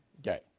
day